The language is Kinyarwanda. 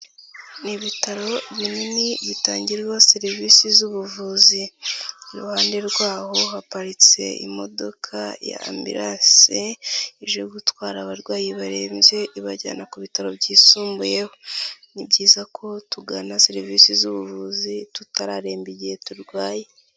Ni ibitaro binini bitangirwa serivisi z'ubuvuzi. Iruhande rwaho haparitse imodoka ya Ambilase, ije gutwara abarwayi ibarenze ibajyana ku bitaro byisumbuyeho. Ni byiza ko tugana serivisi z'ubuvuzi tutararemba igihe turwaye.